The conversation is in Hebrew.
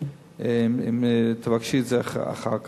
אם תבקשי את זה אחר כך.